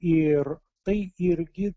ir tai irgi